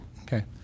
Okay